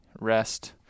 rest